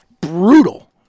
brutal